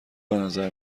بنظر